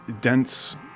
dense